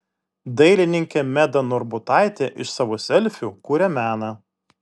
dailininkė meda norbutaitė iš savo selfių kuria meną